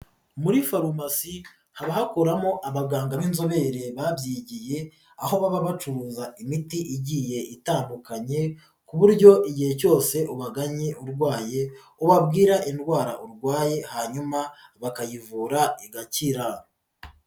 Muri farumasi haba hakoramo abaganga b'inzobere babyigiye, aho baba bacuruza imiti igiye itandukanye ku buryo igihe cyose ubaganye urwaye ubabwira indwara urwaye hanyuma bakayivura igakira.